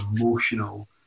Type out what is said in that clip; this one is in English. emotional